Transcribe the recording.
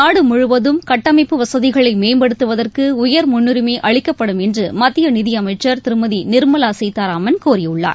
நாடு முழுவதும் கட்டமைப்பு வசதிகளை மேம்படுத்துவதற்கு உயர் முன்னுரிமை அளிக்கப்படும் என்று மத்திய நிதியமைச்சர் திருமதி நிர்மலா சீதாராமன் கூறியுள்ளார்